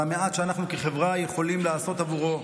זה המעט שאנו כחברה יכולים לעשות עבורו.